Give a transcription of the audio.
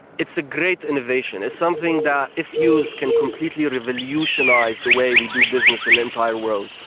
it's a great innovation. it's something that if used can completely revolutionise the way we do business in the entire world.